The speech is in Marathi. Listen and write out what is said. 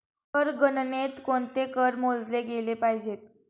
कर गणनेत कोणते कर मोजले गेले पाहिजेत?